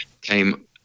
came